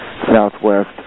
southwest